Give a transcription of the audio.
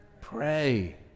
pray